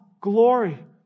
glory